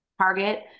target